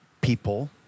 people